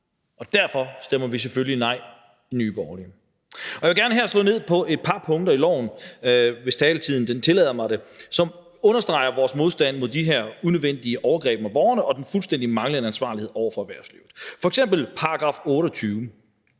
og derfor stemmer vi selvfølgelig nej i Nye Borgerlige. Jeg vil gerne her slå ned på et par punkter i loven, hvis taletiden tillader mig det, som understreger vores modstand mod de her unødvendige overgreb mod borgerne og den fuldstændig manglende ansvarlighed over for erhvervslivet. Det er f.eks. § 28,